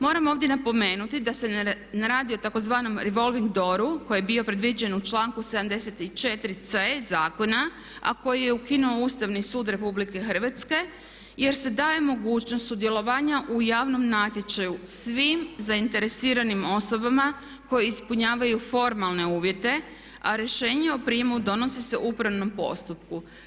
Moram ovdje napomenuti da se ne radi o takozvanom revolving dooru koji je bio predviđen u članku 74. c zakona a koji je ukinuo Ustavni sud RH jer se daje mogućnost sudjelovanja u javnom natječaju svim zainteresiranim osobama koje ispunjavaju formalne uvjete a rješenje o prijemu donosi se u upravnom postupku.